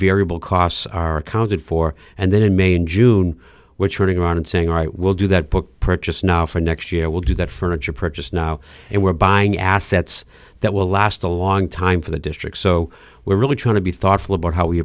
variable costs are accounted for and then in may and june which running around and saying i will do that book purchase now for next year will do that furniture purchase now and we're buying assets that will last a long time for the district so we're really trying to be thoughtful about how we